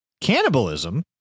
cannibalism